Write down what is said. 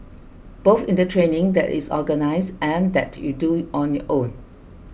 both in the training that is organised and that you do on your own